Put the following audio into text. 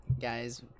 guys